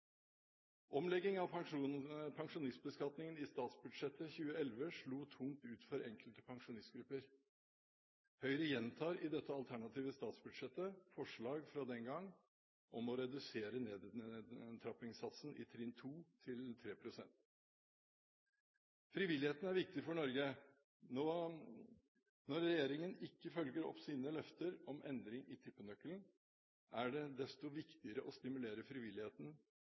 Omlegging av pensjonistbeskatningen i statsbudsjettet 2011 slo hardt ut for enkelte pensjonistgrupper. Høyre gjentar i dette alternative statsbudsjettet forslag fra den gang om å redusere nedtrappingssatsen i trinn 2 til 3 pst. Frivilligheten er viktig for Norge. Når regjeringen ikke følger opp sine løfter om endring i tippenøkkelen, er det desto viktigere å stimulere